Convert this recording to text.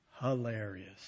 Hilarious